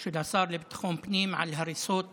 של השר לביטחון פנים על הריסות